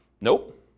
Nope